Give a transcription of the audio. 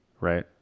Right